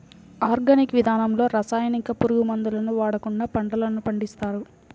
organic విధానంలో రసాయనిక, పురుగు మందులను వాడకుండా పంటలను పండిస్తారు